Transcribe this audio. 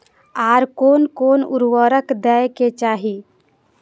आर कोन कोन उर्वरक दै के चाही?